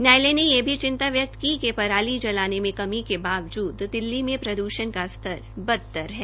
न्यायालय ने यह भी चिंता व्यक्त की कि पराली जलाने में कमी के बावजूद दिल्ली में प्रद्षण का स्तर बदतर है